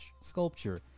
sculpture